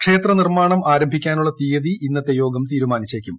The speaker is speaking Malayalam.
ക്ഷേത്ര നിർമ്മാണം ആരംഭിക്കാനുള്ള തീയതി ഇന്നത്തെ യോഗം തീരുമാനിച്ചേക്കും